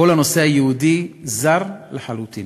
כל הנושא היהודי זר לחלוטין.